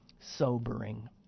Sobering